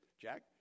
jack